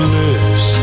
lips